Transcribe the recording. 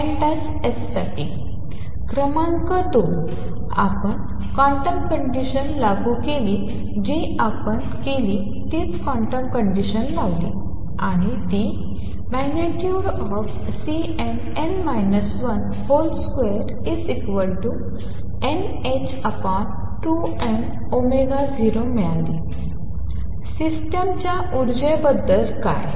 क्रमांक 2 आपण quantum condition लागू केली जी आपण केली तीच क्वांटम कंडीशन लावली आणि ती।Cnn 1 ।2nh2m0 मिळाली सिस्टिम च्या ऊर्जेबद्दल काय